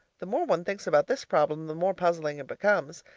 the more one thinks about this problem, the more puzzling it becomes.